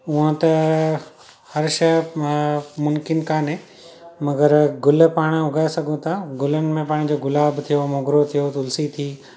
ऊअं त हर शइ अ मुम्किन काने मगर गुल पाण उॻाए सघूं था गुलनि में पंहिंजो गुलाब थियो मोगरो थियो तुलसी थी